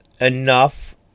enough